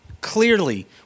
Clearly